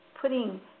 putting